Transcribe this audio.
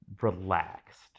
relaxed